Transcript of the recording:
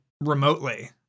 remotely